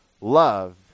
love